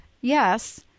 Yes